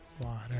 water